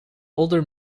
older